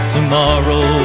Tomorrow